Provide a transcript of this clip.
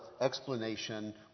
explanation